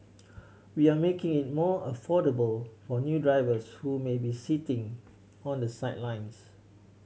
we are making it more affordable for new drivers who may be sitting on the sidelines